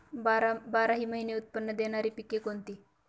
बाराही महिने उत्त्पन्न देणारी पिके कोणती?